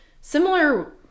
similar